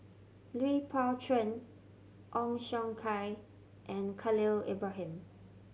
Lui Pao Chuen Ong Siong Kai and Khalil Ibrahim